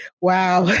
Wow